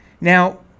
Now